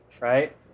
right